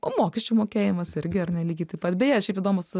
o mokesčių mokėjimas irgi ar ne lygiai taip pat beje šiaip įdomūs